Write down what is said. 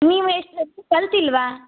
ನೀವು ಎಷ್ ಕಲ್ತಿಲ್ವಾ